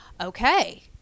okay